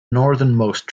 northernmost